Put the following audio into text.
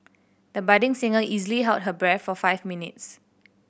the budding singer easily held her breath for five minutes